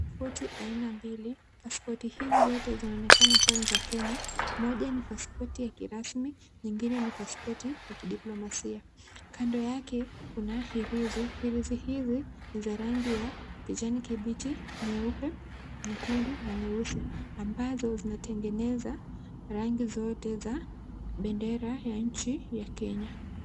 Pasipoti aina mbili, pasipoti hizi zote zinaonekana kuwa za Kenya, moja ni pasipoti ya kirasmi, nyingine ni pasipoti ya kidiplomasia. Kando yake, kuna herezi, herezi hizi ni za rangi ya kijani kibichi, nyeupe, nyekundu na nyeusi, ambazo zinatengeneza rangi zote za bendera ya nchi ya Kenya.